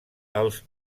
els